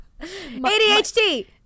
ADHD